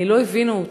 לא הבינו אותה,